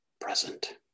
present